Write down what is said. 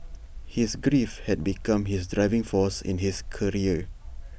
his grief had become his driving force in his career